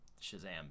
Shazam